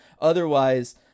Otherwise